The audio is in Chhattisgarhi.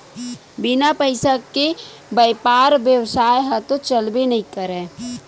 बिन पइसा के बइपार बेवसाय ह तो चलबे नइ करय